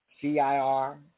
C-I-R